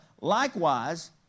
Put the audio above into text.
Likewise